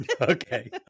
Okay